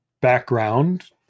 background